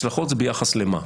הצלחות זה ביחס למה.